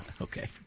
Okay